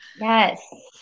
yes